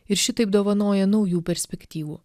ir šitaip dovanoja naujų perspektyvų